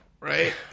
Right